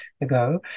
ago